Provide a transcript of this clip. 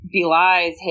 belies